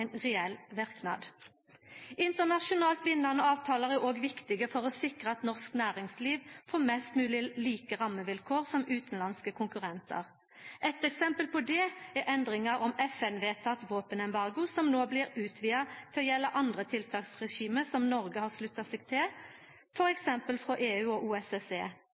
å sikra at norsk næringsliv får mest mogleg like ramevilkår som utanlandske konkurrentar. Eit eksempel på det er endringar om FN-vedteken våpenembargo som no blir utvida til å gjelda andre tiltaksregime som Noreg har slutta seg til, f.eks. frå EU og